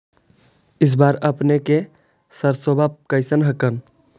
इस बार अपने के सरसोबा कैसन हकन?